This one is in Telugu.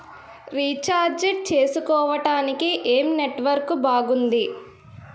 రీఛార్జ్ చేసుకోవటానికి ఏం నెట్వర్క్ బాగుంది?